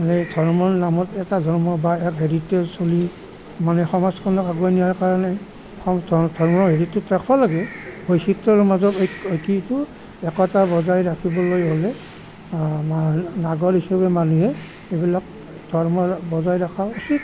মানে এই ধৰ্মৰ নামত এটা ধৰ্মৰ বা এক হেৰিতে চলি মানে সমাজখনক আগুৱাই নিয়াৰ কাৰণে ধৰ্মৰ হেৰিটো ৰাখিব লাগে বৈচিত্ৰৰ মাজত কি এইটো একতা বজাই ৰাখিবলৈ হ'লে আমাৰ হিচাপে মানুহে এইবিলাক ধৰ্ম বজাই ৰখাও উচিত